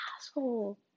asshole